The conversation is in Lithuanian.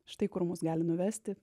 štai kur mus gali nuvesti